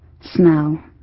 smell